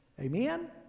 Amen